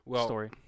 story